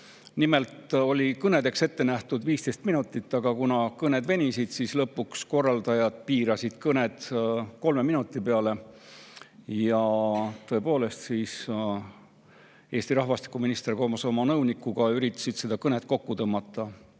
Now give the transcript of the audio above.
Nimelt oli kõnedeks ette nähtud 15 minutit, aga kuna kõned venisid, siis lõpuks korraldajad piirasid kõned kolme minuti peale. Ja tõepoolest, siis Eesti rahvastikuminister koos oma nõunikuga üritasid seda kõnet kokku tõmmata.